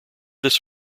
this